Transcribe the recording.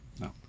no